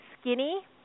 skinny